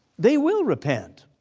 they will repent.